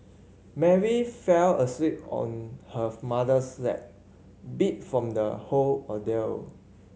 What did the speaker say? Mary fell asleep on her mother's lap beat from the whole ordeal